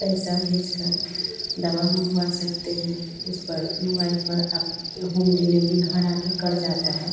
पैसा भेजकर दवा मँगवा सकते हैं उस पर मोबाइल पर आपके होम डिलिवरी घर आकर कर जाता है